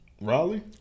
Raleigh